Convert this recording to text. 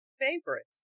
favorites